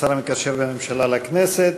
השר המקשר בין הממשלה לכנסת.